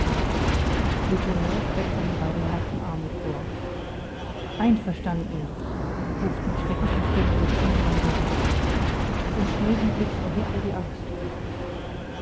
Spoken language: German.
streckt seine beiden nackten arme vor einverstanden ruft mit schrecklicher stimme der zimmermann daoulas und schnell wie blitz erhebt er die axt